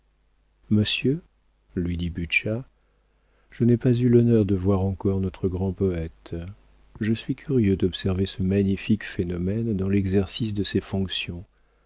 monsieur lui dit butscha je n'ai pas eu l'honneur de voir encore notre grand poëte je suis curieux d'observer ce magnifique phénomène dans l'exercice de ses fonctions